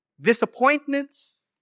Disappointments